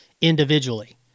individually